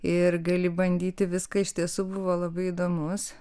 ir gali bandyti viską iš tiesų buvo labai įdomus